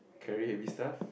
carry heavy stuff